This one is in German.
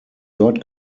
dort